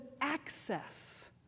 access